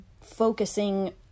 focusing